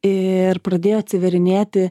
ir pradėjo atsidarinėti